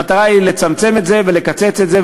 המטרה היא לצמצם את זה ולקצץ את זה,